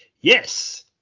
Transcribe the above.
yes